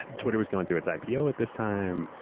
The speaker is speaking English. twitter was going through its ipo at this time,